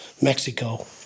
Mexico